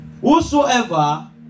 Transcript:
Whosoever